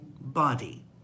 body